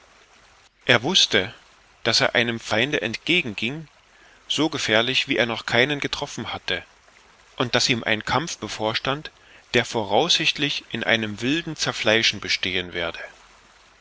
er wußte daß er einem feinde entgegenging so gefährlich wie er noch keinen getroffen hatte und daß ihm ein kampf bevorstand der voraussichtlich in einem wilden zerfleischen bestehen werde